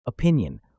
Opinion